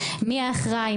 מי האחראי,